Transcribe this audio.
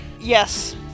Yes